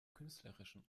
künstlerischen